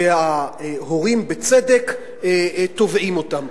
וההורים בצדק תובעים אותם.